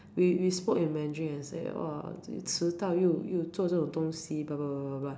we we spoke in Mandarin and said 迟到又做这种东西